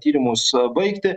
tyrimus baigti